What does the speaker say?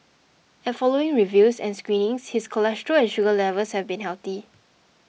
at following reviews and screenings his cholesterol and sugar levels have been healthy